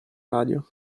radio